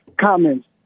comments